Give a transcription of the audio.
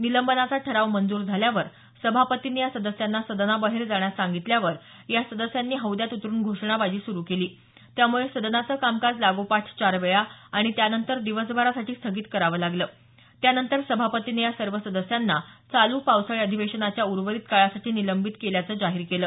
निलंबनाचा ठराव मंजूर झाल्यावर सभापतींनी या सदस्यांना सदनाबाहेर जाण्यास सांगितल्यावर या सदस्यांनी हौद्यात उतरून घोषणाबाजी सुरू केली त्यामुळे सदनाचं कामकाज लागोपाठ चार वेळा आणि त्यानंतर दिवसभरासाठी स्थगित करावं लागलं त्यानंतर सभापतींनी या सर्व सदस्यांना चालू पावसाळी अधिवेशनाच्या उर्वरित काळासाठी निलंबित केल्याचं जाहीर केलं